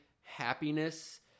happiness